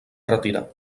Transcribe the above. retirar